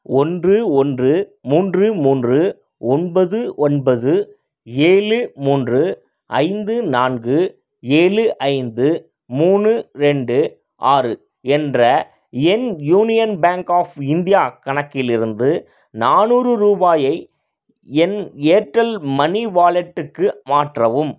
ஒன்று ஒன்று மூன்று மூன்று ஒன்பது ஒன்பது ஏழு மூன்று ஐந்து நான்கு ஏழு ஐந்து மூணு ரெண்டு ஆறு என்ற என் யூனியன் பேங்க் ஆஃப் இந்தியா கணக்கிலிருந்து நானூறு ரூபாயை என் ஏர்டெல் மனி வாலெட்டுக்கு மாற்றவும்